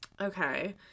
Okay